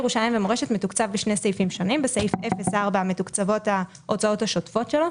שער האשפות גם.